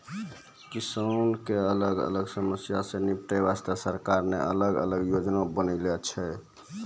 किसान के अलग अलग समस्या सॅ निपटै वास्तॅ सरकार न अलग अलग योजना बनैनॅ छै